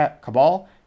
cabal